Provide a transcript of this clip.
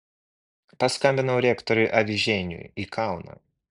paskambinau rektoriui avižieniui į kauną